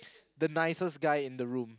the nicest guy in the room